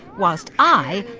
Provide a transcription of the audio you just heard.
whilst i,